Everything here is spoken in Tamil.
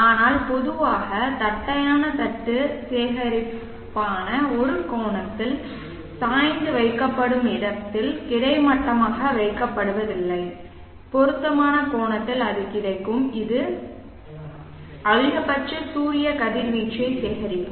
ஆனால் பொதுவாக பொதுவாக தட்டையான தட்டு சேகரிப்பான் ஒரு கோணத்தில் சாய்ந்து வைக்கப்படும் இடத்தில் கிடைமட்டமாக வைக்கப்படுவதில்லை பொருத்தமான கோணத்தில் அது கிடைக்கும் இது அதிகபட்ச சூரிய கதிர்வீச்சை சேகரிக்கும்